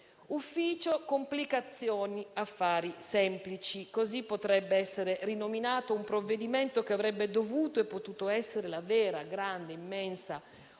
«Ufficio complicazioni affari semplici»: così potrebbe essere rinominato un provvedimento che avrebbe dovuto e potuto essere la vera, grande, immensa occasione